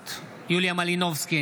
נוכחת יוליה מלינובסקי,